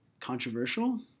controversial